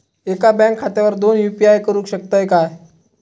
एका बँक खात्यावर दोन यू.पी.आय करुक शकतय काय?